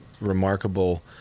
remarkable